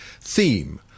theme